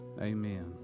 Amen